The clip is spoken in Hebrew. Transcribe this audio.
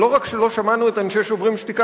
שלא רק שלא שמענו את אנשי "שוברים שתיקה",